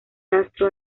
rastro